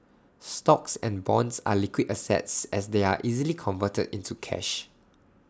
stocks and bonds are liquid assets as they are easily converted into cash